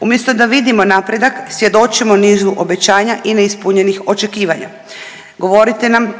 Umjesto da vidimo napredak, svjedočimo nizu obećanja i neispunjenih očekivanja. Govorite nam